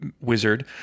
wizard